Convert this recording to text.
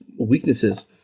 weaknesses